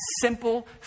simple